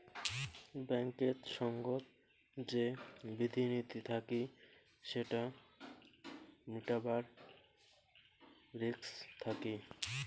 ব্যাঙ্কেত সঙ্গত যে বিধি নীতি থাকি সেটা মিটাবার রিস্ক থাকি